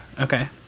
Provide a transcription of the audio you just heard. Okay